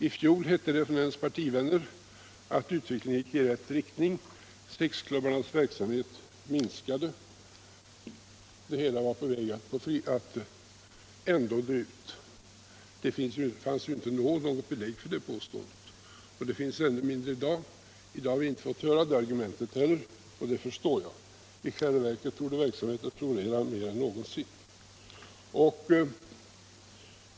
I fjol hette det från hennes partivänners sida att utvecklingen gick i rätt riktning: sexklubbarnas verksamhet minskade och verksamheten var på väg att ändå dö ut. Det fanns ju då inte något belägg för det påståendet, och det finns det ännu mindre i dag. I dag har vi inte heller fått höra det argumentet, och det förstår jag. I själva verket torde verksamheten nu florera mer än någonsin.